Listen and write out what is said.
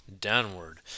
downward